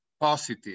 positive